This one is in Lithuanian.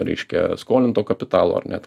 reiškia skolinto kapitalo ar net